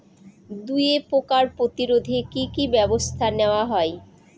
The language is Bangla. দুয়ে পোকার প্রতিরোধে কি কি ব্যাবস্থা নেওয়া হয়?